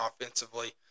offensively